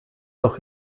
doch